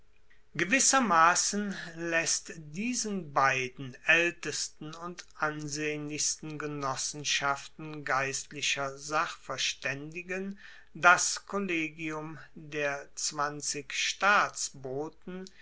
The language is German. gewissermassen laesst diesen beiden aeltesten und ansehnlichsten genossenschaften geistlicher sachverstaendigen das kollegium der